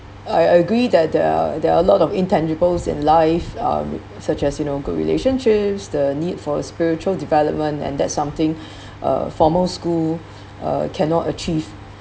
I agree that uh there are a lot of intangibles in life um such as you know good relationships the need for a spiritual development and that something uh formal school uh cannot achieve